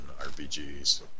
RPGs